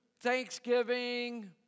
Thanksgiving